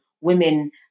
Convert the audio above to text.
women